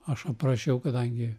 aš aprašiau kadangi